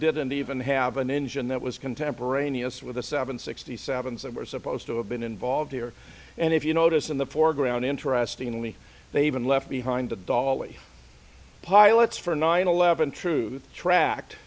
didn't even have an engine that was contemporaneous with the seven sixty seven that were supposed to have been involved here and if you notice in the foreground interestingly they even left behind the dollar pilots for nine eleven truth tracked